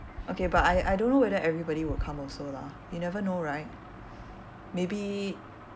okay but I I don't know whether everybody will come also lah you never know right maybe